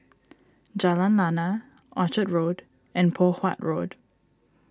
Jalan Lana Orchard Road and Poh Huat Road